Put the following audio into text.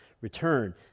return